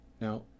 Now